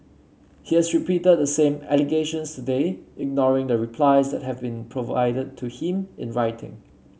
he has repeated the same allegations today ignoring the replies that have been provided to him in writing